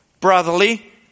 brotherly